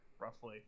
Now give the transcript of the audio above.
roughly